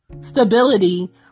stability